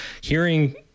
hearing